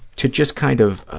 to just kind of